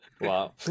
Wow